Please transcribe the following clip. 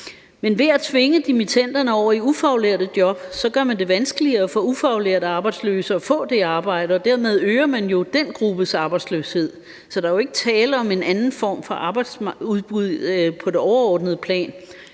Men ved at tvinge dimittenderne over i ufaglærte job, gør man det vanskeligere for ufaglærte arbejdsløse at få det arbejde, og dermed øger man jo den gruppes arbejdsløshed. Så der er jo ikke tale om en anden form for arbejdsudbud på det overordnede plan.